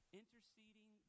interceding